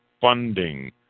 funding